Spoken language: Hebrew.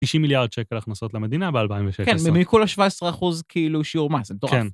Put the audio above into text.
90 מיליארד שקל הכנסות למדינה ב-2016. כן, מכולה 17 אחוז, כאילו, שיעור מס, מטורף